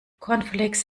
cornflakes